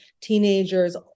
teenagers